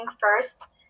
first